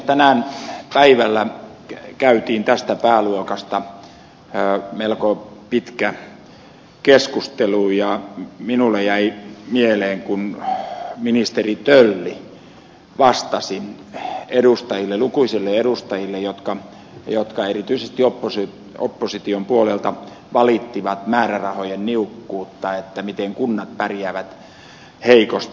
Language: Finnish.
tänään päivällä käytiin tästä pääluokasta melko pitkä keskustelu ja minulle jäi mieleen kun ministeri tölli vastasi lukuisille edustajille jotka erityisesti opposition puolelta valittivat määrärahojen niukkuutta että miten kunnat pärjäävät heikosti